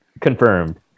confirmed